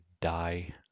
die